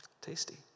tasty